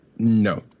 No